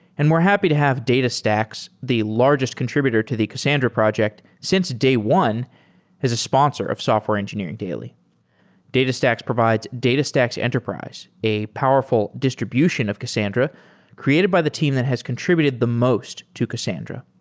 and we're happy to have datastax, the largest contributed to the cassandra project since day one as a sponsor of software engineering daily datastax provides datastax enterprise, a powerful distribution of cassandra created by the team that has contributed the most to cassandra.